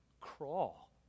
crawl